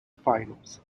finals